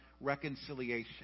reconciliation